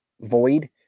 void